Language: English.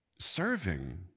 Serving